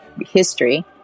history